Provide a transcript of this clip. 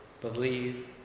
Believe